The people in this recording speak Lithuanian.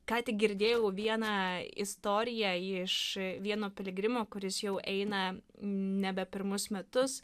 ką tik girdėjau vieną istoriją iš vieno piligrimo kuris jau eina nebe pirmus metus